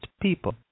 people